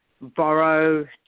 borrow